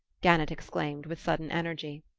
gannett exclaimed with sudden energy.